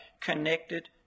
connected